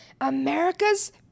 America's